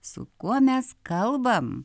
su kuo mes kalbam